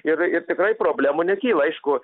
ir ir tikrai problemų nekyla aišku